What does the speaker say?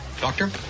Doctor